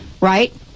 right